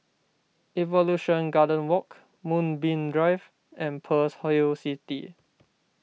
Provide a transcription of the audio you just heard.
Evolution Garden Walk Moonbeam Drive and Pearl's Hill City